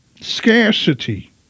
Scarcity